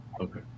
Okay